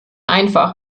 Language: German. einfach